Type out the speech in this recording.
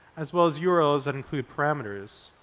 as well as yeah urls that include parameters,